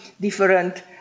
different